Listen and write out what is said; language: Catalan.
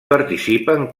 participen